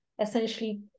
essentially